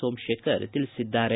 ಸೋಮಶೇಖರ್ ತಿಳಿಸಿದ್ದಾರೆ